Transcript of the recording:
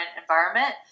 environment